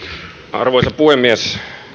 arvoisa puhemies